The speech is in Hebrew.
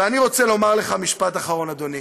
ואני רוצה לומר לך משפט אחרון, אדוני: